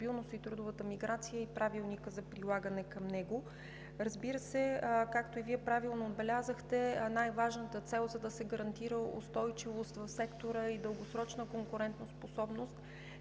и трудовата миграция и Правилника за прилагане към него. Разбира се, както и Вие правилно отбелязахте, най-важната цел, за да се гарантира устойчивост в сектора и дългосрочна конкурентоспособност